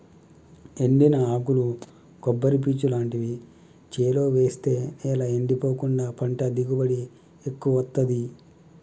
ఎండిన ఆకులు కొబ్బరి పీచు లాంటివి చేలో వేస్తె నేల ఎండిపోకుండా పంట దిగుబడి ఎక్కువొత్తదీ